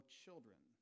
children